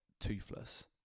toothless